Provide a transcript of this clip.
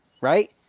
right